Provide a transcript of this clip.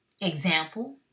example